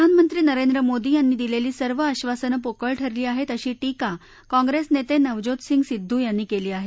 प्रधानमंत्री नरेंद्र मोदी यांनी दिलेली सर्व आधासनं पोकळ ठरली आहेत अशी टीका काँग्रेस नेते नवज्योत सिंग सिद्ध यांनी केली आहे